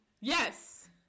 Yes